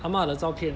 阿嫲的照片